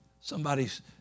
Somebody's